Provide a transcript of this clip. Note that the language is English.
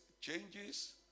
changes